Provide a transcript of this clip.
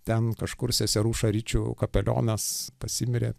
ten kažkur seserų šaričių kapelionas pasimirė